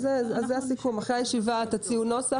אחרי הישיבה תציעו נוסח,